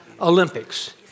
Olympics